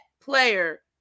player